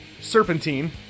Serpentine